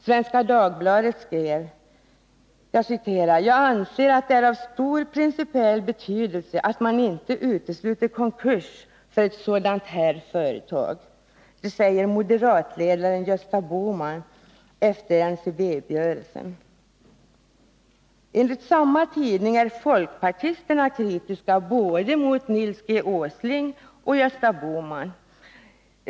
Svenska Dagbladet skrev: ”Jag anser att det är av stor principiell betydelse att man inte utesluter konkurs för ett sådant här företag. Det säger moderatledaren Gösta Bohman efter NCB-uppgörelsen.” Enligt samma tidning är folkpartisterna kritiska mot både Nils G. Åsling och Gösta Bohman.